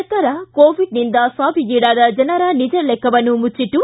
ಸರ್ಕಾರ ಕೋವಿಡ್ನಿಂದ ಸಾವಿಗೀಡಾದ ಜನರ ನಿಜ ಲೆಕ್ಕವನ್ನು ಮುಜ್ಜಿಟ್ಟು